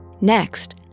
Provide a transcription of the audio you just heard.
Next